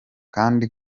kandi